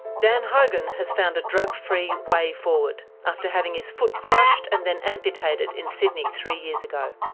dan hogan has found a drug-free way forward, after having his foot crushed and then amputated in sydney three years ago.